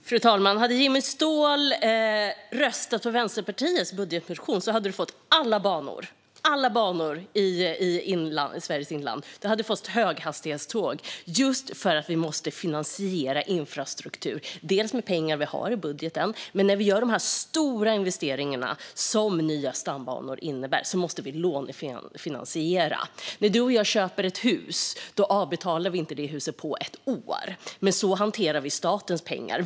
Fru talman! Om Jimmy Ståhl hade röstat på Vänsterpartiets budgetmotion hade han fått alla banorna i Sveriges inland och höghastighetståget. Vi måste nämligen finansiera infrastruktur med bland annat pengar som vi har i budgeten, men när vi gör de här stora investeringarna, som nya stambanor innebär, måste vi också lånefinansiera. Om du och jag köper ett hus betalar vi inte av det huset på ett år. Men så hanterar vi statens pengar.